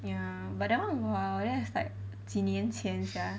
ya but that [one] !wow! that's like 几年前 sia